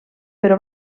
però